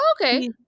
Okay